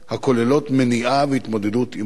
הכוללות מניעה והתמודדות עם האלימות.